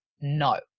no